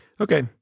Okay